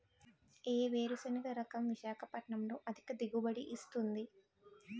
ఏ వేరుసెనగ రకం విశాఖపట్నం లో అధిక దిగుబడి ఇస్తుంది?